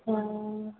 हँ